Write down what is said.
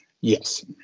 Yes